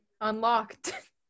unlocked